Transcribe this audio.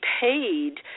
paid